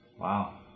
Wow